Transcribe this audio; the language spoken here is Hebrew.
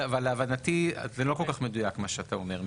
להבנתי זה לא כל כך מדויק מה שאתה אומר.